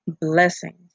blessings